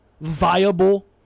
viable